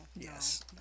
yes